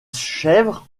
chèvres